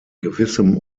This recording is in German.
gewissem